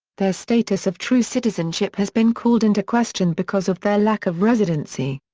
their status of true citizenship has been called into question because of their lack of residency.